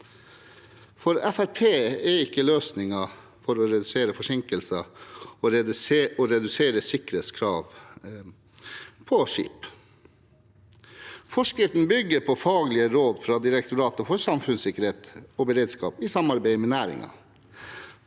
er ikke løsningen for å redusere forsinkelser å redusere sikkerhetskrav på skip. Forskriften bygger på faglige råd fra Direktoratet for samfunnssikkerhet og beredskap, i samarbeid med næringen.